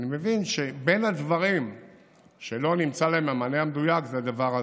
אני מבין שבין הדברים שלא נמצא להם המענה המדויק יש את הדבר הזה.